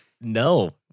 No